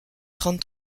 trente